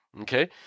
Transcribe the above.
okay